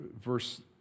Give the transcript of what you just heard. verse